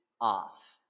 off